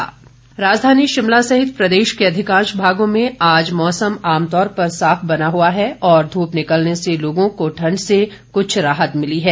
मौसम राजधानी शिमला सहित प्रदेश के अधिकांश भागों में आज मौसम आमतौर पर साफ बना हुआ है और ध्रप निकलने से लोगों को ठंड से कुछ राहत मिली है